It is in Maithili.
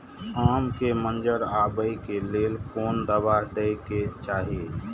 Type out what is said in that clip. आम के मंजर आबे के लेल कोन दवा दे के चाही?